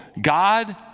God